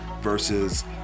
versus